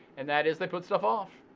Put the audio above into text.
and that is, they put stuff off.